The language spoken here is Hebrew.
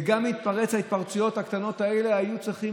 וגם ההתפרצויות הקטנות האלה היו צריכות